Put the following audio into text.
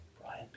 Brian